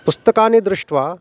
पुस्तकानि दृष्ट्वा